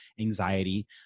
anxiety